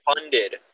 funded